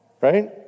right